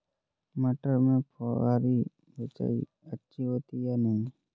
मटर में फुहरी सिंचाई अच्छी होती है या नहीं?